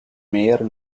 mayor